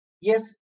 yes